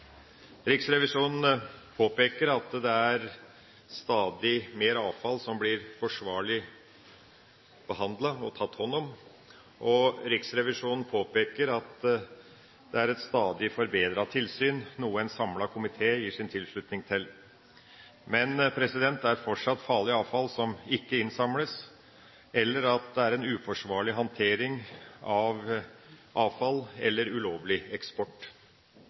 Riksrevisjonen påpeker at det er stadig mer avfall som blir forsvarlig behandlet og tatt hånd om, og Riksrevisjonen påpeker at det er et stadig forbedret tilsyn, noe en samlet komité gir sin tilslutning til. Men det er fortsatt farlig avfall som ikke innsamles, eller det er uforsvarlig håndtering eller ulovlig eksport av avfall.